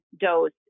dose